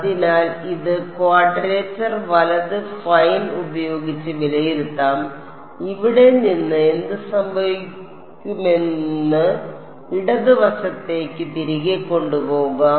അതിനാൽ ഇത് ക്വാഡ്രേച്ചർ വലത് ഫൈൻ ഉപയോഗിച്ച് വിലയിരുത്താം ഇവിടെ നിന്ന് എന്ത് സംഭവിക്കുമെന്ന് ഇടത് വശത്തേക്ക് തിരികെ കൊണ്ടുപോകും